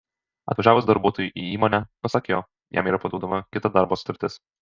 atvažiavus darbuotojui į įmonę pasak jo jam yra paduodama kita darbo sutartis